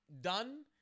done